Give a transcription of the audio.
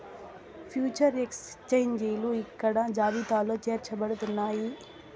future ఎక్స్చేంజిలు ఇక్కడ జాబితాలో చేర్చబడుతున్నాయి